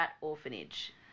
Orphanage